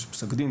יש פסק דין,